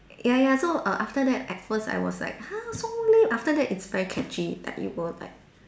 ya ya so err after that at first I was like !huh! so lame but after that it's very catchy like you will like